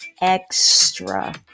extra